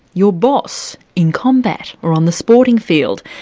your boss, in combat or on the sporting field?